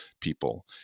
people